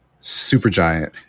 Supergiant